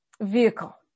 Vehicle